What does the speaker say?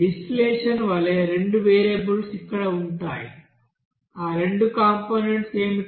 distillation వలె రెండు variables ఇక్కడ ఉన్నాయి ఆ రెండు కంపోనెంట్స్ ఏమిటి